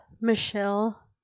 Michelle